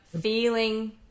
feeling